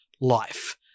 life